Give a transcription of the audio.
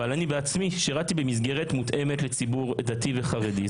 אבל אני בעצמי שירתי במסגרת מותאמת לציבור דתי וחרדי.